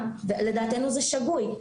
לדעתנו זה שגוי.